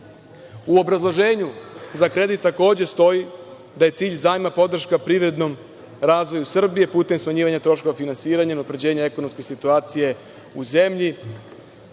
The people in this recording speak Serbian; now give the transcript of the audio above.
u obrazloženju za kredit takođe stoji da je cilj zajma podrška privrednom razvoju Srbije putem smanjivanja troškova finansiranja i unapređenja ekonomske situacije u zemlji. Sada